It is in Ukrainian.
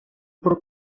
про